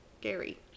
gary